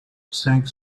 cinq